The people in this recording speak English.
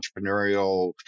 entrepreneurial